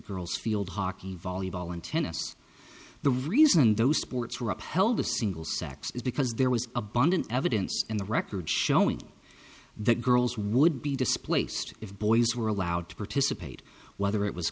girls field hockey volleyball and tennis the reason those sports were upheld the single sex is because there was abundant evidence in the record showing that girls would be displaced if boys were allowed to participate whether it was